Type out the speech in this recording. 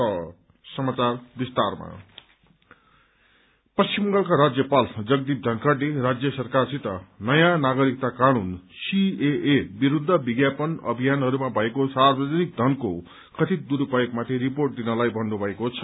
governor Dhankhar पश्चिम बंगालका राज्यपाल जगदीप धनखडले राज्य सरकारसित नयाँ नागरिकता कानून सीएए विरूद्व विज्ञापन अभियानहरूमा भएको सार्वजनिक धनको कथित दुरूपयोगमाथि रिपोर्ट दिनलाई भन्नुभएको छ